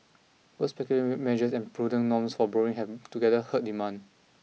both speculative measures and prudent norms for borrowing have together hurt demand